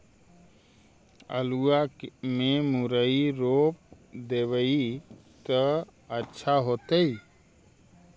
आलुआ में मुरई रोप देबई त अच्छा होतई?